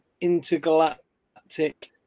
intergalactic